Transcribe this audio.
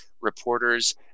reporters